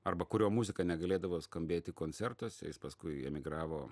arba kurio muzika negalėdavo skambėti koncertuose jis paskui emigravo